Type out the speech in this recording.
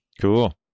Cool